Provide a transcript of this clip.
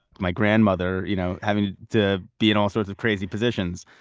my grandmother, you know, having to be in all sorts of crazy positions.